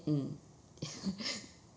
mm